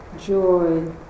joy